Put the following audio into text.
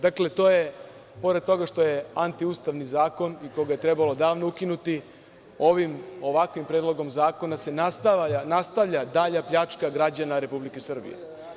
Dakle, pored toga što je antiustavni zakon koga je trebalo davno ukinuti, ovakvim predlogom zakona se nastavlja dalja pljačka građana Republike Srbije.